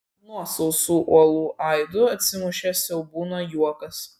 nuo sausų uolų aidu atsimušė siaubūno juokas